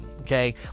okay